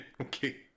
Okay